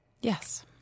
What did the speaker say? Yes